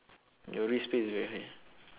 your risk pay is very high